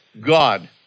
God